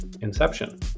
Inception